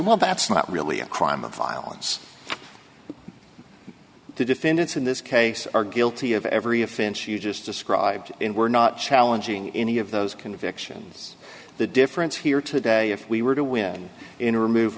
well that's not really a crime of violence to defendants in this case are guilty of every offense you just described in we're not challenging any of those convictions the difference here today if we were to win in remove